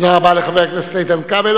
תודה רבה לחבר הכנסת איתן כבל.